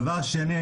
דבר שני,